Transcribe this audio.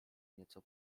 nieco